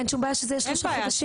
אין שום בעיה שזה יהיה שלושה חודשים.